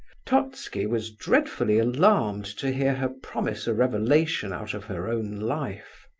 totski was dreadfully alarmed to hear her promise a revelation out of her own life.